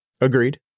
Agreed